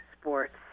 sports